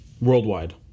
Worldwide